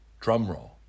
Drumroll